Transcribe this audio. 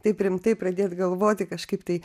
taip rimtai pradėt galvoti kažkaip tai